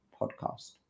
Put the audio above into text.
podcast